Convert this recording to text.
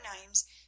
names